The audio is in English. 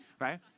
right